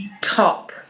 top